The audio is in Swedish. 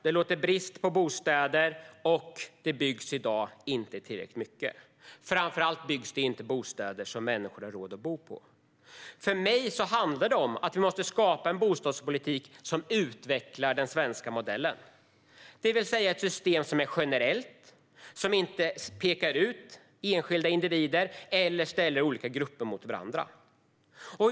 Det råder brist på bostäder, och det byggs i dag inte tillräckligt mycket. Framför allt byggs det inte bostäder som människor har råd att bo i. För mig handlar det om att vi måste skapa en bostadspolitik som utvecklar den svenska modellen, det vill säga ett system som är generellt och som inte pekar ut enskilda individer eller ställer olika grupper mot varandra.